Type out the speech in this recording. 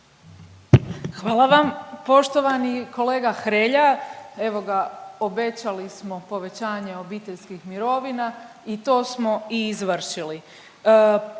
Hvala vam. Poštovani kolega Hrelja, evo ga, obećali smo povećanje obiteljskih mirovina i to smo i izvršili,